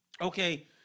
okay